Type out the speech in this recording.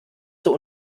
zur